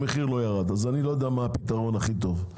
המחיר לא ירד אז אני לא יודע מה הפתרון הכי טוב.